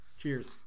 Cheers